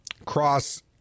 cross